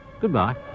Goodbye